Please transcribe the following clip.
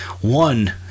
one